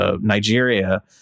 Nigeria